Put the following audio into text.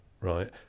right